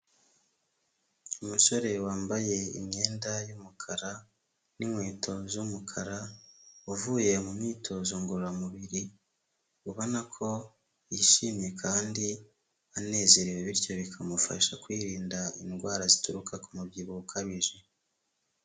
Umusore wambaye imyenda y'umukara n'inkweto z'umukara, uvuye mu myitozo ngororamubiri, ubona ko yishimye kandi anezerewe bityo bikamufasha kwirinda indwara zituruka ku mubyibuho ukabije.